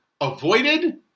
avoided